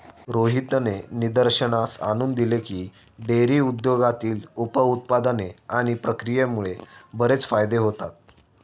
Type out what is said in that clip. रोहितने निदर्शनास आणून दिले की, डेअरी उद्योगातील उप उत्पादने आणि प्रक्रियेमुळे बरेच फायदे होतात